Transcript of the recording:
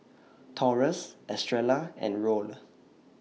Taurus Estrella and Roll